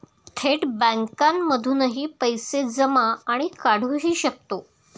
थेट बँकांमधूनही पैसे जमा आणि काढुहि शकतो